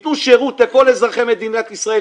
תנו שירות שווה לכל אזרחי מדינת ישראל.